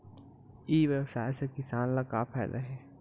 ई व्यवसाय से किसान ला का फ़ायदा हे?